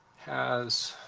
has